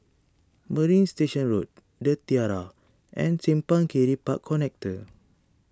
Marina Station Road the Tiara and Simpang Kiri Park Connector